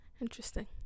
Interesting